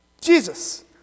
Jesus